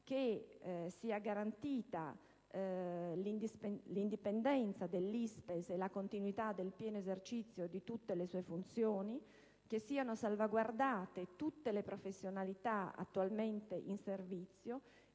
che sia garantita l'indipendenza dell'ISPESL e la continuità del pieno esercizio di tutte le sue funzioni, che siano salvaguardate tutte le professionalità attualmente in servizio